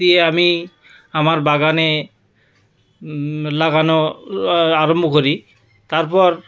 দিয়ে আমি আমার বাগানে লাগানো আরম্ভ করি তারপর